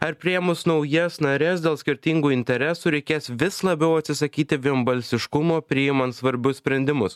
ar priėmus naujas nares dėl skirtingų interesų reikės vis labiau atsisakyti vienbalsiškumo priimant svarbius sprendimus